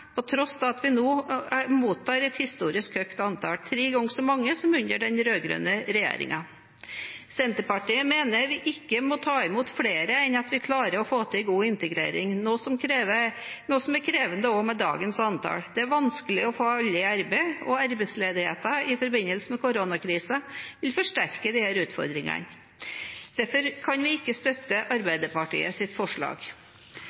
på tross av at vi nå mottar et historisk høyt antall – tre ganger så mange som under den rød-grønne regjeringen. Senterpartiet mener vi ikke må ta imot flere enn at vi klarer å få til en god integrering, noe som er krevende også med dagens antall. Det er vanskelig å få alle i arbeid, og arbeidsledigheten i forbindelse med koronakrisen vil forsterke disse utfordringene. Derfor kan vi ikke støtte